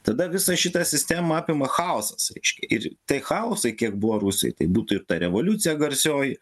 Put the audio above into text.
tada visą šitą sistemą apima chaosas reiškia ir tai chaosai kiek buvo rusijoj tai būtų ir ta revoliucija garsioji